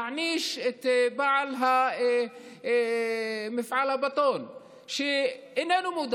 להעניש את בעל מפעל הבטון שאיננו מודע